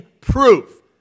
proof